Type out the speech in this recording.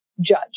judge